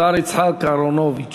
השר יצחק אהרונוביץ.